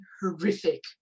horrific